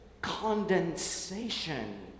condensation